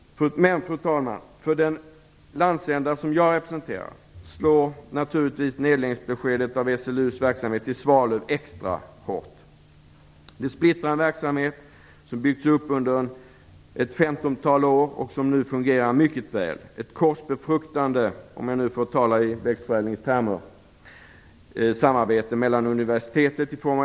Fru talman! Den landsända som jag representerar drabbas naturligtvis extra hårt av beskedet att lägga ned SLU:s verksamhet i Svalöv. Det innebär att man splittrar en verksamhet som byggts upp under ett femtontal år, och som nu fungerar mycket väl. Det finns, om jag får tala i växtförädlingstermer, ett korsbefruktande samarbete med universitetet genom SLU.